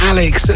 Alex